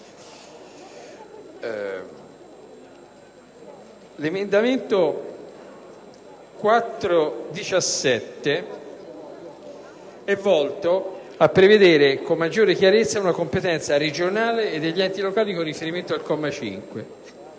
L'emendamento 4.17 è volto a prevedere con maggiore chiarezza una competenza regionale e degli enti locali con riferimento al comma 5,